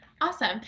Awesome